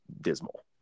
dismal